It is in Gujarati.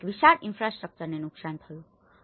આ એક વિશાળ ઈન્ફ્રાસ્ટ્રક્ચરને નુકસાન થયું છે